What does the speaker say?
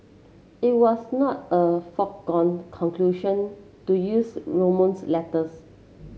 it was not a foregone conclusion to use Romans letters